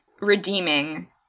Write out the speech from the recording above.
redeeming